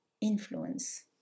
influence